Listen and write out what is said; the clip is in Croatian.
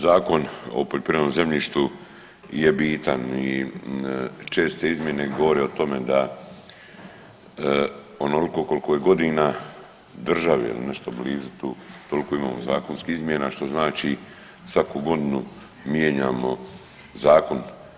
Zakon o poljoprivrednom zemljištu je bitan i česte izmjene govore o tome da onoliko koliko je godina države ili nešto blizu tu toliko imamo zakonskih izmjena, što znači svaku godinu mijenjamo zakon.